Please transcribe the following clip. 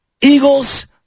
Eagles